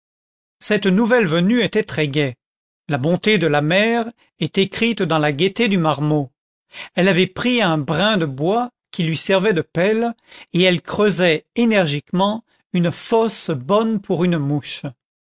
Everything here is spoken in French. cette nouvelle venue était très gaie la bonté de la mère est écrite dans la gaîté du marmot elle avait pris un brin de bois qui lui servait de pelle et elle creusait énergiquement une fosse bonne pour une mouche